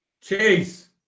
Chase